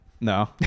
No